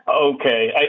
Okay